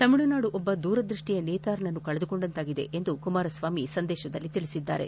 ತಮಿಳುನಾಡು ಒಬ್ಬ ದೂರದೃಷ್ಠಿಯ ನೇತಾರನನ್ನು ಕಳೆದುಕೊಂಡಂತಾಗಿದೆ ಎಂದು ಕುಮಾರಸ್ವಾಮಿ ಸಂದೇಶದಲ್ಲಿ ತಿಳಿಸಿದ್ದಾರೆ